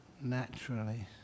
naturally